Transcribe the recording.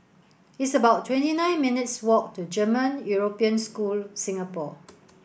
it's about twenty nine minutes' walk to German European School Singapore